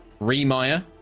Remire